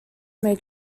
made